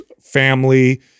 family